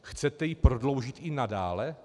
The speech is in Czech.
Chcete ji prodloužit i nadále?